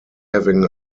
having